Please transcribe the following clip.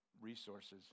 resources